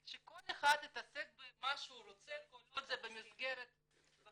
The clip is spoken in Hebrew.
שכל אחד יתעסק במה שהוא רוצה כל עוד זה במסגרת החוק.